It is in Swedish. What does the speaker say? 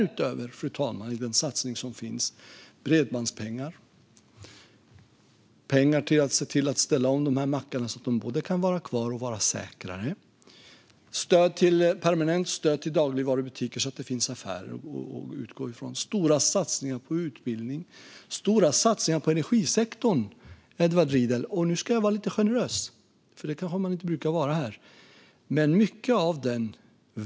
Utöver denna satsning avsätts bredbandspengar, pengar till omställning av mackarna, så att de både kan vara kvar och vara säkrare, permanent stöd till dagligvarubutiker, stora satsningar på utbildning och stora satsningar på energisektorn, Edward Riedl. Nu ska jag vara lite generös, även om man kanske inte brukar vara det här.